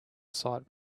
site